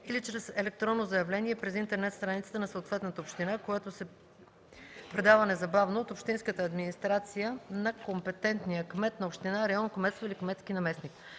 или чрез електронно заявление през интернет страницата на съответната община, което се предава незабавно от общинската администрация на компетентния кмет на община, район, кметство или кметски наместник.